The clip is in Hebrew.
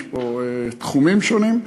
יש פה תחומים שונים.